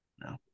No